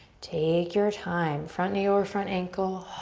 take your time. front knee over front ankle,